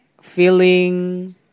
feeling